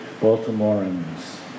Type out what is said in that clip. Baltimoreans